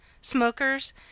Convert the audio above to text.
smokers